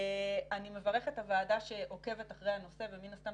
אני מברכת את הוועדה שעוקבת אחרי הנושא ומן הסתם